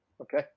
Okay